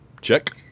Check